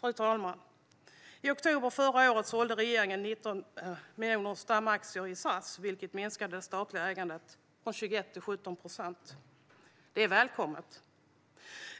Fru talman! I oktober förra året sålde regeringen 19 miljoner stamaktier i SAS, vilket minskade det statliga ägandet från 21 till 17 procent. Det är välkommet.